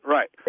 Right